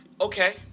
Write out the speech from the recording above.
okay